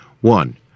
One